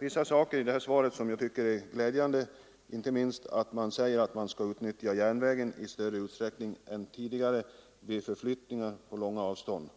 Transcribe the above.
Vissa uppgifter i svaret är glädjande — inte minst att man skall utnyttja järnvägen i större utsträckning än tidigare vid förflyttningar över långa avstånd.